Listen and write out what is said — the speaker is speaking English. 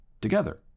together